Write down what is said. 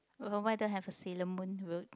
why don't have a Sailor-Moon road